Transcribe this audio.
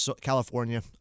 California